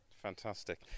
fantastic